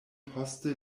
poste